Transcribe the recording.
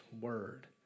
Word